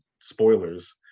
spoilers